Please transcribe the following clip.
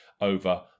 over